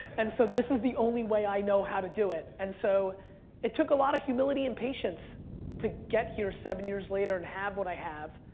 and so this is the only way i know how to do it. and so it look a lot of humility and patience to get here seven years later and have what i have.